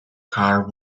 car